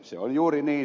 se on juuri niin